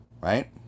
right